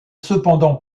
cependant